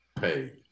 pay